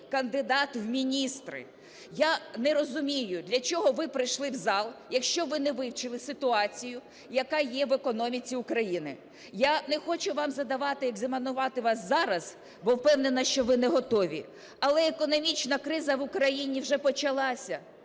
кандидат в міністри. Я не розумію, для чого ви прийшли в зал, якщо ви не вивчили ситуацію, яка є в економіці України. Я не хочу вам задавати… екзаменувати вас зараз, бо впевнена, що ви не готові. Але економічна криза в Україні вже почалася.